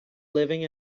living